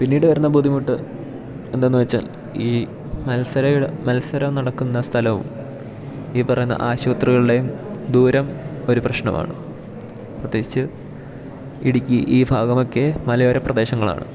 പിന്നീടു വരുന്ന ബുദ്ധിമുട്ട് എന്താണെന്നുവച്ചാൽ ഇവിടെ മത്സരം നടക്കുന്ന സ്ഥലവും ഈ പറയുന്ന ആശുപത്രികളുടെയും ദൂരം ഒരു പ്രശ്നമാണ് പ്രത്യേകിച്ച് ഇടുക്കി ഈ ഭാഗമൊക്കെ മലയോര പ്രദേശങ്ങളാണ്